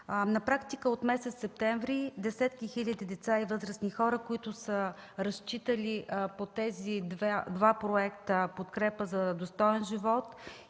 На практика от месец септември десетки хиляди деца и възрастни хора, които са разчитали на проектите „Подкрепа за достоен живот”